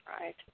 Right